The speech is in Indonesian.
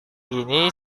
ini